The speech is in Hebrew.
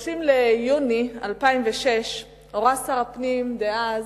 ב-30 ביוני 2006 הורה שר הפנים דאז,